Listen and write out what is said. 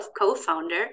co-founder